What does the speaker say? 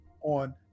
on